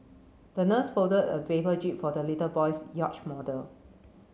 the nurse folded a paper jib for the little boy's yacht model